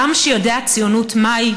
עם שיודע ציונות מהי,